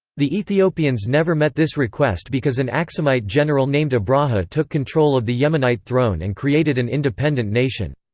the ethiopians never met this request because an axumite general named abraha took control of the yemenite throne and created an independent nation.